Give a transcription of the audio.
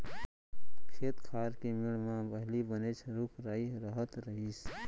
खेत खार के मेढ़ म पहिली बनेच रूख राई रहत रहिस